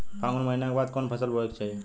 फागुन महीना के बाद कवन फसल बोए के चाही?